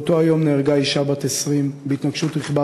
באותו היום נהרגה אישה בת 20 בהתנגשות רכבה